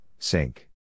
Sink